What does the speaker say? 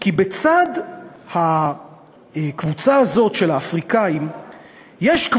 כי בצד הקבוצה הזאת של האפריקנים יש בארץ